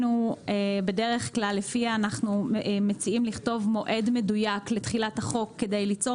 מציעים לכתוב מועד מדויק לתחילת החוק כדי ליצור